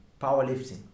powerlifting